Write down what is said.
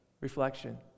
reflection